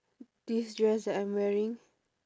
this dress that m wearing